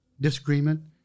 disagreement